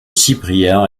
cyprien